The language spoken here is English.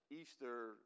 Easter